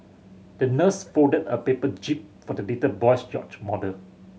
the nurse folded a paper jib for the little boy's yacht model